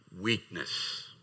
weakness